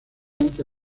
ante